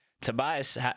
Tobias